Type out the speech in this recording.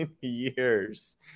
years